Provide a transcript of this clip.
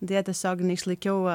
deja tiesiog neišlaikiau